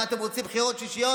מה, אתם רוצים בחירות שישיות?